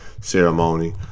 ceremony